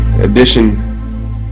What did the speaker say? edition